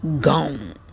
Gone